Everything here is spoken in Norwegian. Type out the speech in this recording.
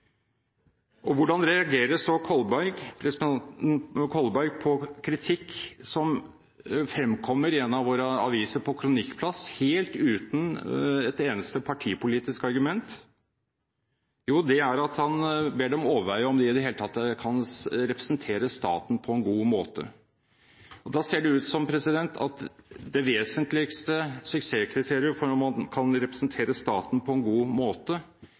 Hvordan reagerer så representanten Kolberg på kritikk som fremkommer i en av våre aviser på kronikkplass, helt uten et eneste partipolitisk argument? Jo, han ber dem overveie om de i det hele tatt kan representere staten på en god måte. Det ser ut som at det vesentligste suksesskriteriet for om man kan representere staten på en god måte,